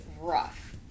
rough